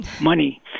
money